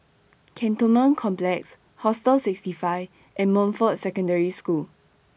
Cantonment Complex Hostel sixty five and Montfort Secondary School